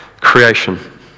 creation